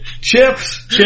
Chips